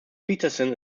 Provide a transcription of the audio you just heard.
peterson